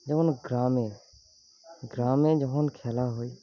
যেমন গ্রামে গ্রামে যখন খেলা হয়